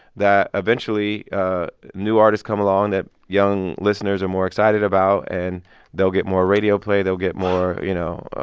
that eventually new artists come along that young listeners are more excited about. and they'll get more radio play. they'll get more, you know,